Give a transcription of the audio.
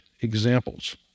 examples